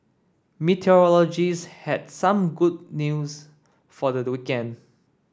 meteorologist had some good news for the the weekend